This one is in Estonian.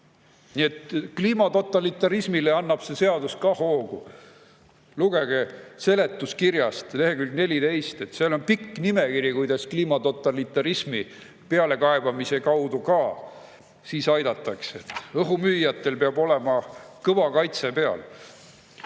Nii et kliimatotalitarismile annab see seadus ka hoogu. Lugege seletuskirjast lehekülg 14. Seal on pikk nimekiri, kuidas kliimatotalitarismile pealekaebamise kaudu kaasa aidatakse. Õhumüüjatel peab olema kõva kaitse peal.